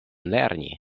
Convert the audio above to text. lerni